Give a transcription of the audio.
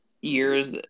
years